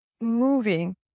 moving